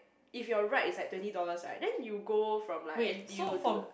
if your ride is like twenty dollars right then you go from like N_T_U to